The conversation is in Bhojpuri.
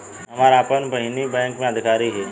हमार आपन बहिनीई बैक में अधिकारी हिअ